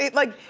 like,